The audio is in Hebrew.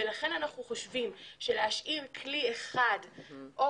ולכן אנחנו חושבים שלהשאיר כלי אחד או